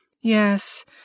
Yes